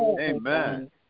Amen